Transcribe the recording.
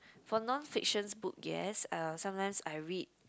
for non fiction book yes uh sometimes I read